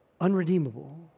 unredeemable